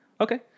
Okay